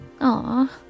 Aw